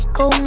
go